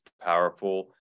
powerful